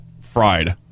fried